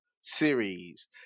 series